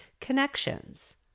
connections